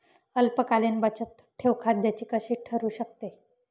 अल्पकालीन बचतठेव फायद्याची कशी ठरु शकते?